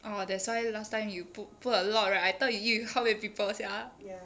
orh that's why last time you put put a lot right I thought you how many people sia